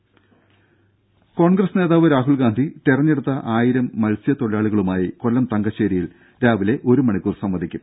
ദുദ Congress നേതാവ് രാഹുൽഗാന്ധി തിരഞ്ഞെടുത്ത ആയിരം മത്സ്യത്തൊഴിലാളികളുമായി കൊല്ലം തങ്കശ്ശേരിയിൽ രാവിലെ ഒരു മണിക്കൂർ സംവദിക്കും